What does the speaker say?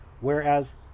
whereas